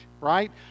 right